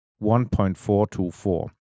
1.424